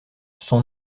son